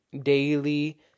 daily